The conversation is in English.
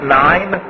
nine